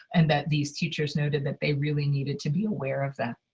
and that these teachers noted that they really needed to be aware of that.